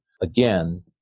again